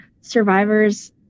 survivors